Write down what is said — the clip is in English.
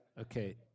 Okay